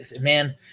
man